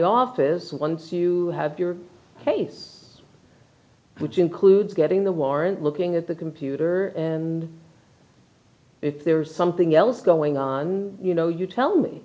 office once you have your face which includes getting the warrant looking at the computer and if there's something else going on you know you tell me